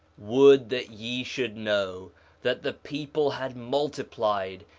would that ye should know that the people had multiplied,